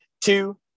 two